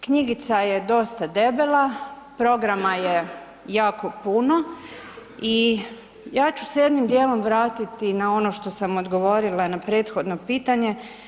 Knjigica je dosta debela, programa je jako puno i ja ću se jednim dijelom vratiti na ono što sam odgovorila na prethodno pitanje.